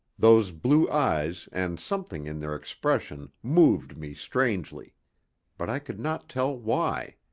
those blue eyes and something in their expression moved me strangely but i could not tell why.